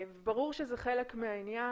ברור שזה חלק מהעניין,